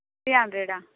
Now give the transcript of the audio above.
three hundred